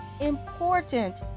important